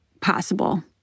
possible